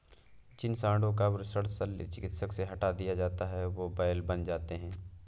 जिन साँडों का वृषण शल्य चिकित्सा से हटा दिया जाता है वे बैल बन जाते हैं